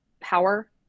power